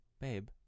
Babe